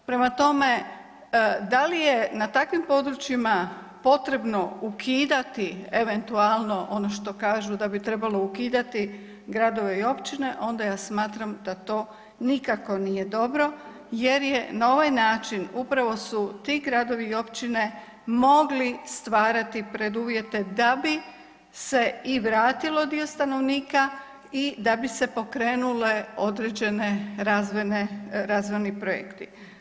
Prema tome, da li je na takvim područjima potrebno ukidati eventualno ono što kažu da bi trebalo ukidati gradove i općine onda ja smatram da to nikako nije dobro jer je na ovaj način upravo su ti gradovi i općine mogli stvarati preduvjete da bi se i vratilo dio stanovnika i da bi se pokrenuli određeni razvojni projekti.